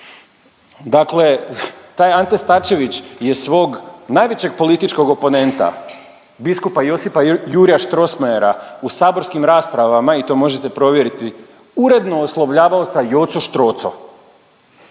Dakle taj Ante Starčević je svog najvećeg oponenta biskupa Josipa Jurja Strossmayera u saborskim raspravama i to možete provjeriti, uredno oslovljavao sa Joco Štroco.